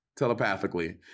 telepathically